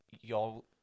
y'all